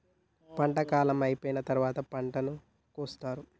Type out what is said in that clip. పంట కాలం అయిపోయిన తరువాత పంటను కోసేత్తారు